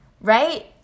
right